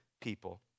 people